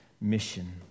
mission